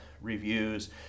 reviews